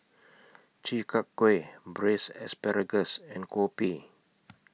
Chi Kak Kuih Braised Asparagus and Kopi